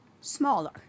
smaller